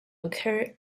occur